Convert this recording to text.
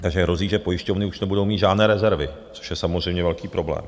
Takže hrozí, že pojišťovny už nebudou mít žádné rezervy, což je samozřejmě velký problém.